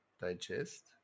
digest